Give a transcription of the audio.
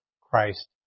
Christ